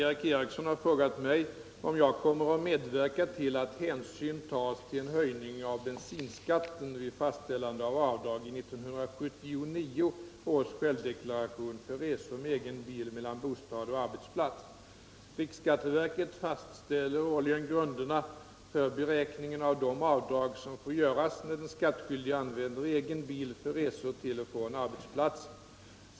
Riksskatteverket fastställer årligen grunderna för beräkning av de avdrag som får göras när den skattskyldige använder egen bil för resor till och från arbetsplatsen.